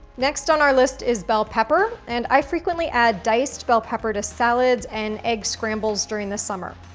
next on our list is bell pepper and i frequently add diced bell pepper to salads and egg scrambles during the summer.